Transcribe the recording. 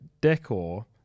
decor